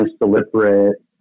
deliberate